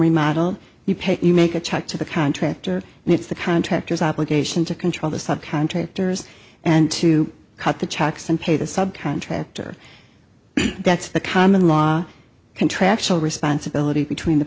remodeled you pay you make a check to the contractor and it's the contractors obligation to control the subcontractors and to cut the checks and pay the sub contractor that's the common law contractual responsibility between the